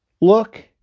Look